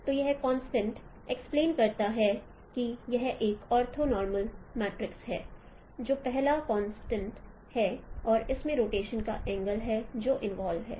तो यह constant explain करता है कि यह एक ऑर्थोनॉर्मल मैट्रिक्स है जो पहला कंस्ट्रेंड है और इसमें रोटेशन का एंगल है जो इनवाल्व है